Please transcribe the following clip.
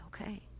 Okay